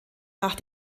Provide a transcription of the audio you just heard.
nach